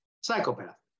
psychopath